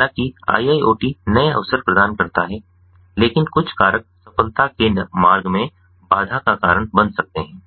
हालांकि IIoT नए अवसर प्रदान करता है लेकिन कुछ कारक सफलता के मार्ग में बाधा का कारण बन सकते हैं